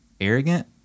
Arrogant